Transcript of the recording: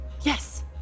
Yes